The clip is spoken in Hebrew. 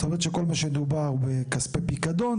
זאת אומרת שכל מה שדובר בכספי פיקדון.